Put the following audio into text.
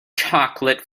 chocolate